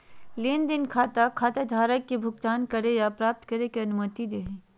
लेन देन खाता खाताधारक के भुगतान करे या प्राप्त करे के अनुमति दे हइ